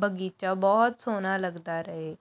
ਬਗੀਚਾ ਬਹੁਤ ਸੋਹਣਾ ਲੱਗਦਾ ਰਹੇ